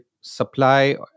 supply